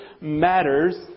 matters